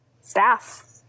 staff